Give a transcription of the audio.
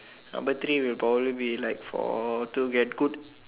number three will probably be like for to get good